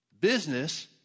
Business